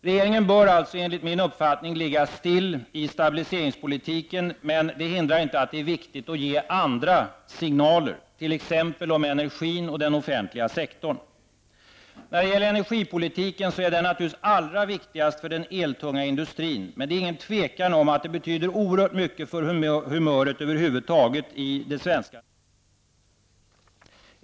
Regeringen bör alltså enligt min uppfattning ligga still i stabiliseringspolitiken. Men detta hindrar inte att det är viktigt att ge andra signaler om t.ex. energin och den offentliga sektorn. När det gäller energipolitiken är detta naturligtvis allra viktigast för den eltunga industrin. Men det är inget tvivel om att det betyder oerhört mycket för humöret över huvud taget inom det svenska näringslivet.